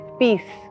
peace